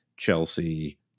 Chelsea